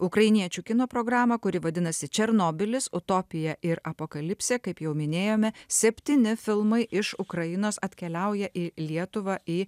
ukrainiečių kino programą kuri vadinasi černobylis utopija ir apokalipsė kaip jau minėjome septyni filmai iš ukrainos atkeliauja į lietuvą į